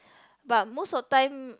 but most of time